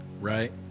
right